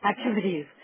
activities